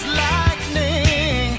lightning